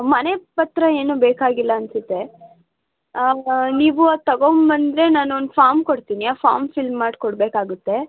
ಮನೆ ಪತ್ರ ಏನು ಬೇಕಾಗಿಲ್ಲ ಅನಿಸುತ್ತೆ ನೀವು ಅದು ತಗೊಂಡ್ಬಂದ್ರೆ ನಾನು ಒಂದು ಫಾಮ್ ಕೊಡ್ತೀನಿ ಆ ಫಾಮ್ ಫಿಲ್ ಮಾಡಿಕೊಡಬೇಕಾಗುತ್ತೆ